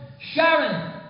Sharon